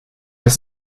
das